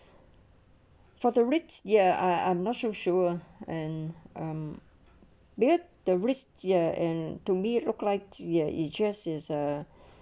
for the risk year I I'm not sure sure and I'm because the risk ya and to me look like ya it's just is a